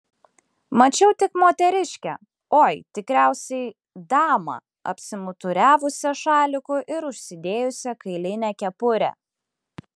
mačiau tik moteriškę oi tikriausiai damą apsimuturiavusią šaliku ir užsidėjusią kailinę kepurę